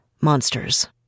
monsters